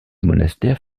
monastères